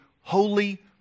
holy